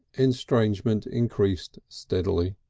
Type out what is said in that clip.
estrangement increased steadily.